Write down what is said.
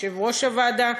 יושב-ראש הוועדה,